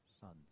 sons